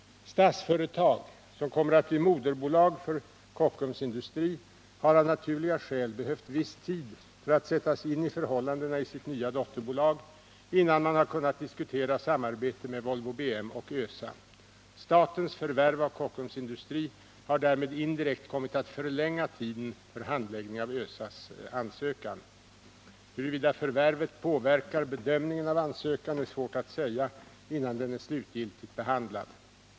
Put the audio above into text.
Statsföretag, som kommer att bli moderbolag för Kockums Industri, har av naturliga skäl behövt viss tid för att sätta sig in i förhållandena i sitt nya dotterbolag innan man har kunnat diskutera samarbete med Volvo BM och ÖSA. Statens förvärv av Kockums Industri har därmed indirekt kommit att förlänga tiden för handläggning av ÖSA:s ansökan. Huruvida förvärvet påverkar bedömningen av ansökan är svårt att säga innan den är slutgiltigt behandlad.